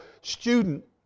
student